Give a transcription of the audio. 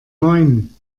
moin